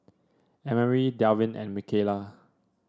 Emery Dalvin and Mikaila